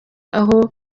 aho